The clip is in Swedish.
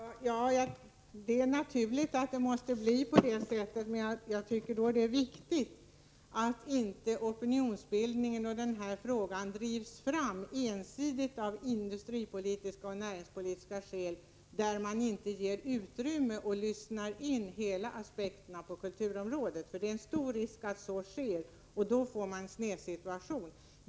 Fru talman! Det är naturligt att det måste bli på det sättet. Det är viktigt att utrymme ges för alla aspekterna på kulturområdet, så att inte opinionsbildningen i denna fråga ensidigt drivs fram av industripolitiska och näringspolitiska skäl. Det är en stor risk att så sker, och då får vi en snedvriden situation.